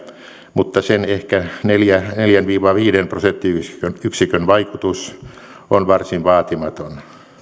mutta sen ehkä neljän neljän viiva viiden prosenttiyksikön vaikutus on varsin vaatimaton